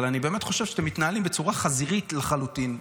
אבל אני חושבת שאתם מתנהלים בצורה חזירית לחלוטין.